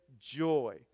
joy